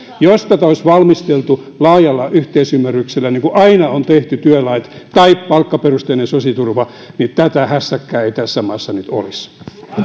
jos tätä olisi valmisteltu laajalla yhteisymmärryksellä niin kuin aina on tehty työlait tai palkkaperusteinen sosiaaliturva niin tätä hässäkkää ei tässä maassa nyt olisi